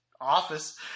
Office